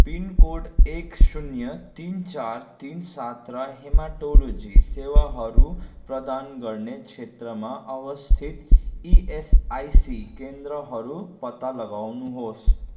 pin code एक शून्य तिन चार तिन सात र हेमाटोलोजी सेवाहरू प्रदान गर्ने क्षेत्रमा अवस्थित इएसआइसी केन्द्रहरू पत्ता लगाउनुहोस्